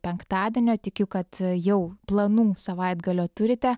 penktadienio tikiu kad jau planų savaitgalio turite